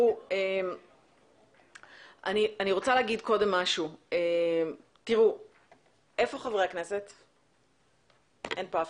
לא נמצאים פה חברי כנסת נוספים.